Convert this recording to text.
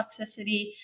toxicity